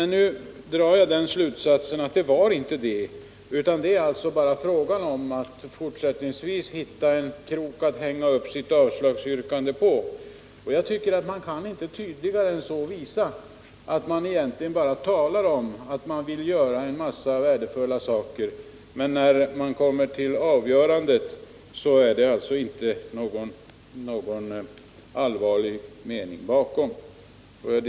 Nu drar jag dock den slutsatsen att det inte är en lösning i sak det gäller, utan att det bara är fråga om att hitta en krok att hänga upp ett avslagsyrkande på. Tydligare än så kan man inte visa att man egentligen bara talar om att man vill göra en mängd värdefulla saker men att det, när det kommer till ett avgörande, visar sig att det inte finns någon allvarlig mening bakom det talet.